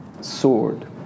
sword